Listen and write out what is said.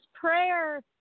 prayer